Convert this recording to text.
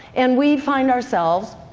and we find ourselves,